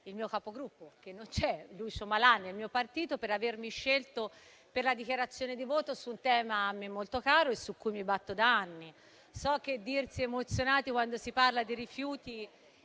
il mio capogruppo, Lucio Malan - non è presente - e il mio partito, per avermi scelto per la dichiarazione di voto su un tema a me molto caro, per il quale mi batto da anni. So che dirsi emozionati quando si parla di rifiuti